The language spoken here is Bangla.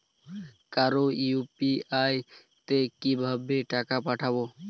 কারো ইউ.পি.আই তে কিভাবে টাকা পাঠাবো?